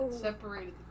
separated